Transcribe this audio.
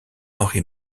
harry